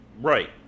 Right